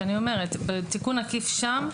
בתיקון עקיף שם,